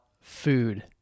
food